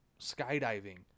skydiving